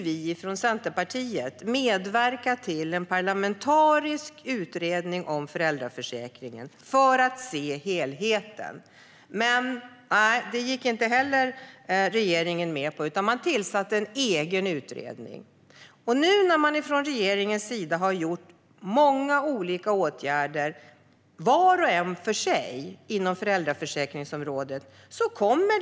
Vi från Centerpartiet ville medverka till en parlamentarisk utredning om föräldraförsäkringen för att se helheten. Men nej, inte heller det gick regeringen med på, utan man tillsatte en egen utredning. Nu har man från regeringens sida vidtagit många olika åtgärder inom föräldraförsäkringsområdet, var och en för sig.